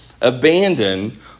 abandon